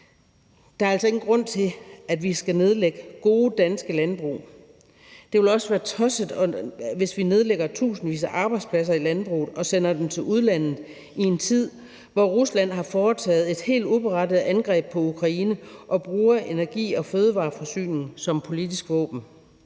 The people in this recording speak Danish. Der er altså ingen grund til, at vi skal nedlægge gode danske landbrug. Det vil også være tosset, hvis vi nedlægger tusindvis af arbejdspladser i landbruget og sender dem til udlandet i en tid, hvor Rusland har foretaget et helt uberettiget angreb på Ukraine og bruger energi- og fødevareforsyning som politisk våben.